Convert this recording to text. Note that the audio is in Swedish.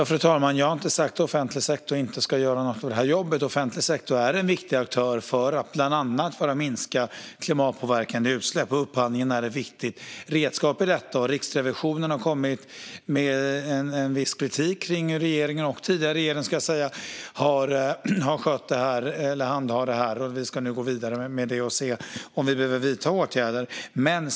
Fru talman! Jag har inte sagt att offentlig sektor inte ska göra något av det här jobbet. Den offentliga sektorn är en viktig aktör för att bland annat minska klimatpåverkande utsläpp, och upphandlingen är ett viktigt redskap i detta. Riksrevisionen har kommit med en viss kritik kring regeringens och tidigare regeringens handhavande med det här. Vi ska nu gå vidare med detta och se om vi behöver vidta åtgärder.